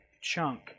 chunk